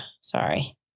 sorry